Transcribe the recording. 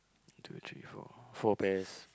two three four four pears